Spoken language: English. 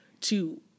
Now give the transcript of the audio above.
to-